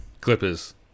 Clippers